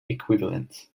equivalents